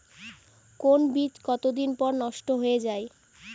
কোন বীজ কতদিন পর নষ্ট হয়ে য়ায়?